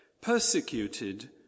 persecuted